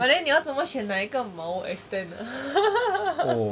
but then 你要怎么选哪个毛 extend ah